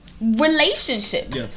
relationships